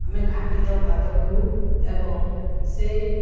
ଆମେ ଘାଟିଥାଉ ଭାତକୁ ଏବଂ ସେଇ